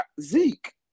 Zeke